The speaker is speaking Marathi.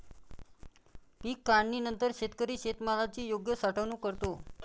पीक काढणीनंतर शेतकरी शेतमालाची योग्य साठवणूक करतो